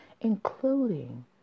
including